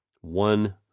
one